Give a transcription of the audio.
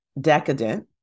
decadent